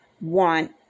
want